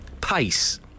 pace